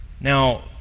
Now